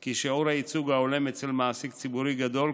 כי שיעור הייצוג ההולם אצל מעסיק ציבורי גדול,